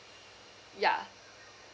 ya